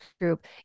group